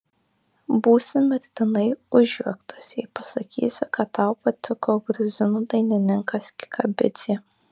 būsi mirtinai užjuoktas jei pasakysi kad tau patiko gruzinų dainininkas kikabidzė